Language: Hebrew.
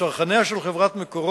בחתך של חקלאות/מגורים?